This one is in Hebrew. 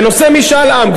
בנושא משאל עם,